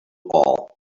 all